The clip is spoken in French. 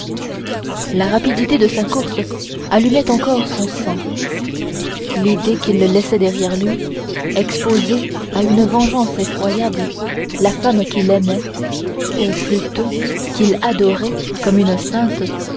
la rapidité de sa course allumait encore son sang l'idée qu'il laissait derrière lui exposée à une vengeance effroyable la femme qu'il aimait ou plutôt qu'il adorait comme une sainte